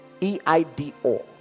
E-I-D-O